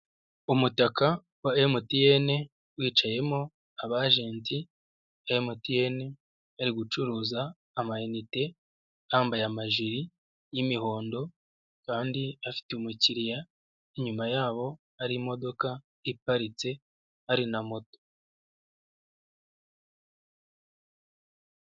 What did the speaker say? Umutaka wa MTN wicayemo abajeti ba MTN bari gucuruza amayinite, bambaye amajiri y'imihondo kandi afite umukiriya, inyuma yabo hari imodoka iparitse, hari na moto.